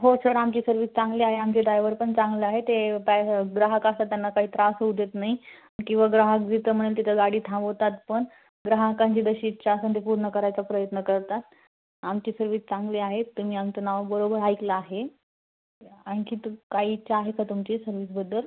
हो सर आमची सर्विस चांगली आहे आमचे डायवर पण चांगलं आहे ते काय हं ग्राहक असतात त्यांना काही त्रास होऊ देत नाही किंवा ग्राहक जिथं म्हणेल तिथं गाडी थांबवतात पण ग्राहकांची जशी इच्छा असेल ती पूर्ण करायचा प्रयत्न करतात आमची सर्विस चांगली आहे तुम्ही आमचं नाव बरोबर ऐकलं आहे आणखी तू काही इच्छा आहे का तुमची सर्विसबद्दल